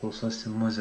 klausausi muzikos